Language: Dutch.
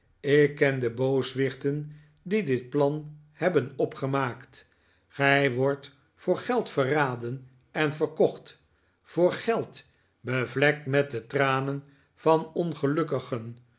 ik ken de booswichten die dit plan hebben opgemaakt gij wordt voor geld verraden en verkocht voor geld bevlekt met de tranen van ongelukkigen